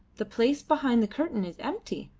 the place behind the curtain is empty,